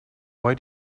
why